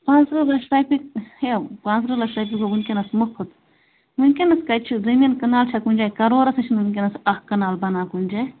پانٛژترٕٛہ لَچھ رۄپیہِ ہٮ۪م پانٛژترٕٛہ لچھ رۄپیہِ گوٚو وُنکٮ۪نَس مُفُت وُنکٮ۪نَس کَتہِ چھِ زٔمیٖن کنال چھا کُنہِ جایہِ کَرورَس چھَنہٕ وُنکٮ۪نَس اَکھ کَنال بَنان کُنہِ جایہِ